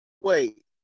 Wait